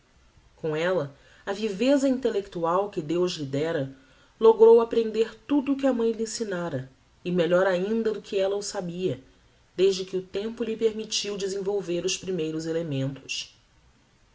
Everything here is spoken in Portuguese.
com ella e a viveza intellectual que deus lhe dera logrou aprender tudo o que a mãe lhe ensinara e melhor ainda do que ella o sabia desde que o tempo lhe permittiu desenvolver os primeiros elementos